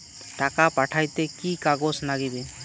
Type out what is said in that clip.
টাকা পাঠাইতে কি কাগজ নাগীবে?